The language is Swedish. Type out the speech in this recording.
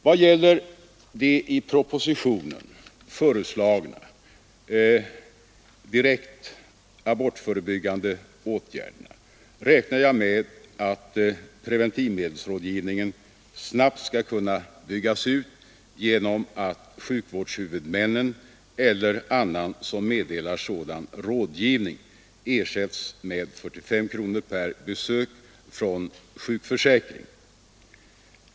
Vad gäller de i propositionen föreslagna direkt abortförebyggande åtgärderna räknar jag med att preventivmedelsrådgivningen snabbt skall kunna byggas ut genom att sjukvårdshuvudmännen eller annan som meddelar sådan rådgivning ersätts med 45 kronor per besök från sjukförsäkringen.